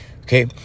Okay